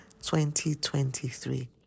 2023